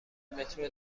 مترو